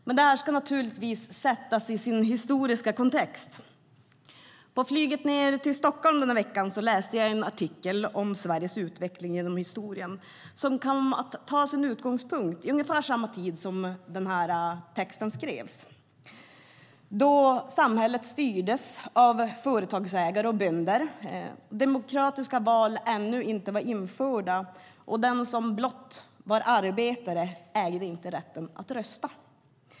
Men den ska naturligtvis sättas i sin historiska kontext. På flyget ned till Stockholm läste jag en artikel om Sveriges utveckling genom historien som kom att ta sin utgångspunkt i ungefär samma tid som denna text skrevs. Då styrdes samhället av företagsägare och bönder, demokratiska val var ännu inte införda och den som blott var arbetare ägde ingen rätt att rösta.